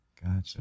Gotcha